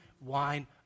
wine